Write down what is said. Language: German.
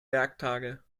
werktage